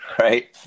Right